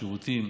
שירותים.